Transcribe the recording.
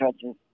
judges